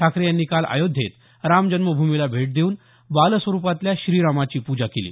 ठाकरे यांनी काल अयोध्येत रामजन्मभूमीला भेट देऊन बालस्वरुपातल्या श्रीरामाची पूजा केली